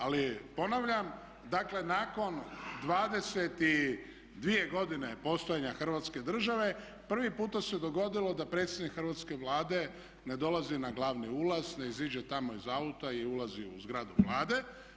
Ali ponavljam, dakle nakon 22 godine postojanja Hrvatske države prvi puta se dogodilo da predsjednik hrvatske Vlade ne dolazi na glavni ulaz, ne iziđe tamo iz auta i ulazi u zgradu Vlade.